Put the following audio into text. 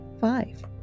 five